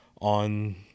on